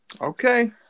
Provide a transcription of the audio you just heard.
Okay